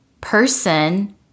person